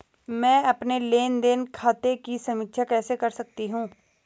मैं अपने लेन देन खाते की समीक्षा कैसे कर सकती हूं?